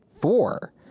four